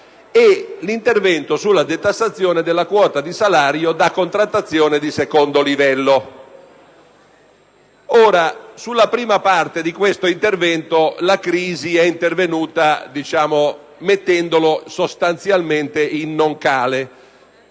e alla detassazione della quota di salario da contrattazione di secondo livello. Sulla prima parte di questo intervento, la crisi è intervenuta mettendolo sostanzialmente in non cale.